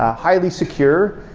ah highly secure,